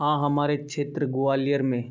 हाँ हमारे क्षेत्र ग्वालियर में